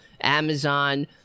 Amazon